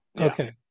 Okay